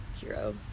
hero